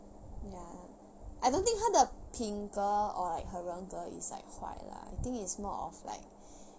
ya I don't think 她 or like her 人格 is like 坏 lah I think it's more of like